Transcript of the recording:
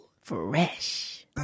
Fresh